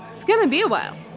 it's gonna be a while.